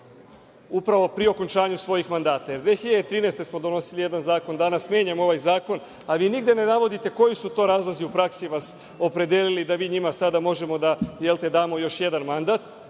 upravo pri okončanju svojih mandata? Jer, 2013. godine smo donosili jedan zakon, danas menjamo ovaj zakon, a vi nigde ne navodite koji su vas to razlozi u praksi opredelili da mi njima sada možemo da damo još jedan mandat.